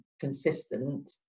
consistent